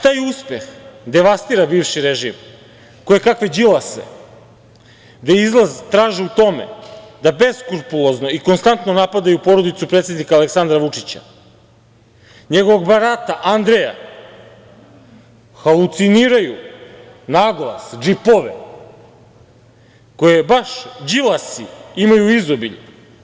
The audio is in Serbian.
Taj uspeh, devastira bivši režim, kojekakve đilase, gde izlaz traže u tome da beskrupulozno i konstantno napadaju porodicu predsednika Aleksandra Vučića, njegovog brata Andreja, haluciniraju, na glas, džipove, koje baš đilasi imaju u izobilju.